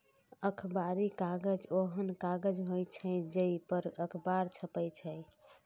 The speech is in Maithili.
अखबारी कागज ओहन कागज होइ छै, जइ पर अखबार छपै छै